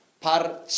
par